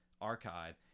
archive